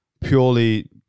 purely